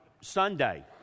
Sunday